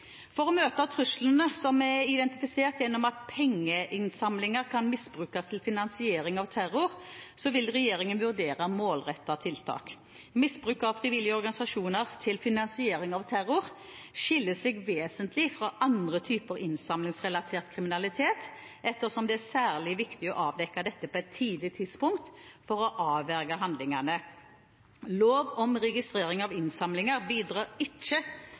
For å møte truslene som er identifisert gjennom at pengeinnsamlinger kan misbrukes til finansiering av terror, vil regjeringen vurdere målrettede tiltak. Misbruk av frivillige organisasjoner til finansiering av terror skiller seg vesentlig fra andre typer innsamlingsrelatert kriminalitet, ettersom det er særlig viktig å avdekke dette på et tidlig tidspunkt for å avverge handlingene. Lov om registrering av innsamlinger bidrar ikke